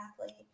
athlete